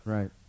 Right